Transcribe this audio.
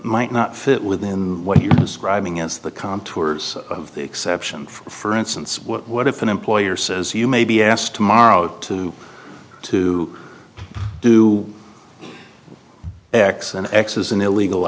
might not fit within what you're describing is the contours of the exception for instance what if an employer says you may be asked tomorrow to to do x and x is an illegal